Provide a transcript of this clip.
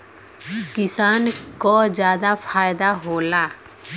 किसान क जादा फायदा होला